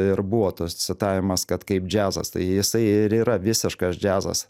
ir buvo tas citavimas kad kaip džiazas tai jisai ir yra visiškas džiazas